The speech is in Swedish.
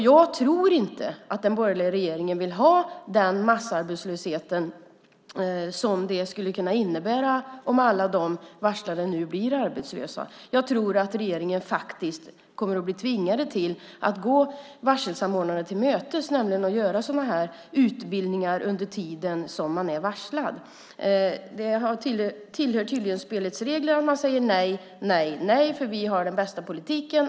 Jag tror inte att den borgerliga regeringen vill ha den massarbetslöshet som det skulle innebära om alla de varslade nu blir arbetslösa. Jag tror att regeringen faktiskt kommer att bli tvingad till att gå varselsamordnarna till mötes och låta människor få gå på utbildningar under tiden som de är varslade. Det tillhör tydligen spelets regler att man säger: Nej, nej, nej, för vi har den bästa politiken.